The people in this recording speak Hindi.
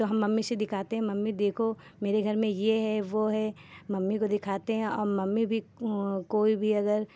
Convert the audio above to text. तो हम मम्मी से दिखाते हैं मम्मी देखो मेरे घर में यह है वह है मम्मी को दिखाते हैं और मम्मी भी कोई भी अगर